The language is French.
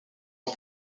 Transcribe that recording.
ans